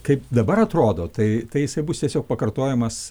kaip dabar atrodo tai tai jisai bus tiesiog pakartojamas